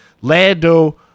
Lando